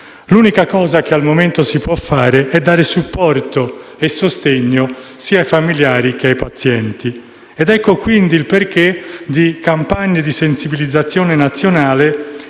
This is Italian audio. L'unica cosa che al momento si può fare è dare supporto e sostegno sia ai familiari che ai pazienti. Ecco quindi il perché di campagne di sensibilizzazione nazionali